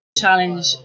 challenge